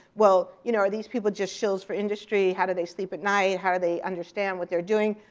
well, you know are these people just shills for industry? how do they sleep at night? how do they understand what they're doing?